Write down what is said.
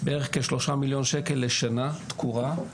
בערך כשלושה מיליון שקל לשנה תקורה,